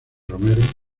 romero